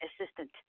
assistant